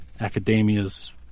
academia's